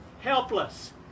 helpless